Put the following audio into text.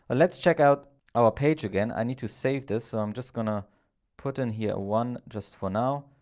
let's check out our page again, i need to save this i'm just gonna put in here one just for now.